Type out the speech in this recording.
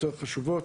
יותר חשובות,